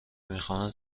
میخواهند